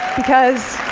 because